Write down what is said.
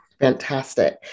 Fantastic